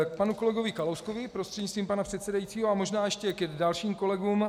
K panu kolegovi Kalouskovi prostřednictvím pana předsedajícího a možná ještě k dalším kolegům.